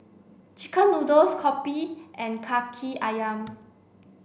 chicken noodles Kopi and Kaki Ayam